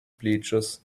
bleachers